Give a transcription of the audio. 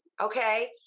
Okay